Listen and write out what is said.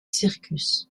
circus